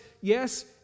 Yes